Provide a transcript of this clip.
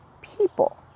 people